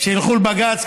שילכו לבג"ץ,